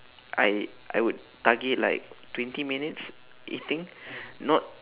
I I would target like twenty minutes eating not